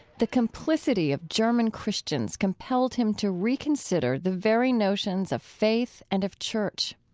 the complicity of german christians compelled him to reconsider the very notions of faith and of church.